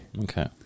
Okay